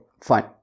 fine